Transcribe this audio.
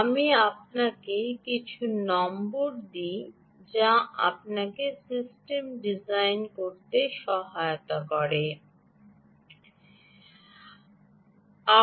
আমি আপনাকে কিছু নম্বর দেই যা আপনাকে সিস্টেম ডিজাইন করতে সহায়তা করবে